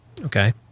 Okay